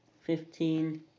Fifteen